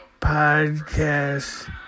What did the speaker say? podcast